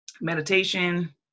meditation